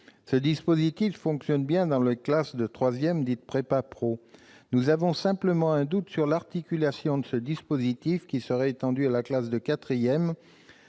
Ce dispositif fonctionne bien dans le cadre des classes de troisième dites « prépa-pro ». Nous avons simplement un doute sur l'articulation de ce dispositif, qui serait étendu à la classe de